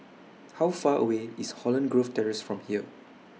How Far away IS Holland Grove Terrace from here